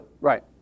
right